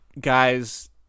guys